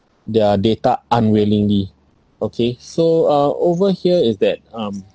their data unwillingly okay so uh over here is that um